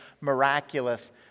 miraculous